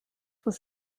was